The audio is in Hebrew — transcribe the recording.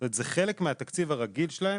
זאת אומרת זה חלק מהתקציב הרגיל שלהם,